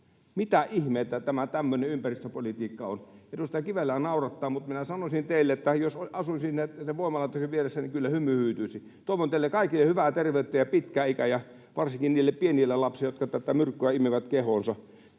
Mitä ihmettä tämä tämmöinen ympäristöpolitiikka on? Edustaja Kivelää naurattaa, mutta sanon teille, että jos asuisin sen voimalaitoksen vieressä, niin kyllä hymy hyytyisi. Toivon teille kaikille hyvää terveyttä ja pitkää ikää, ja varsinkin niille pienille lapsille, jotka tätä myrkkyä imevät kehoonsa,